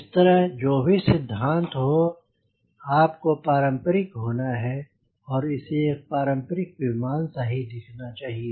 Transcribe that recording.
इसी तरह जो भी सिद्धांत हो आपको पारंपरिक होना है और इसे एक पारंपरिक विमान सा ही दिखना चाहिए